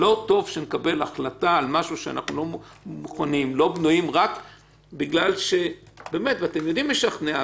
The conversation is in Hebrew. ברגע שלא עושים דירוגים ואומרים שהכול נכנס,